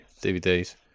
DVDs